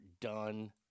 Done